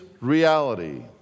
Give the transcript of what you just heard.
reality